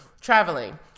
Traveling